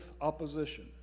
opposition